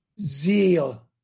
Zeal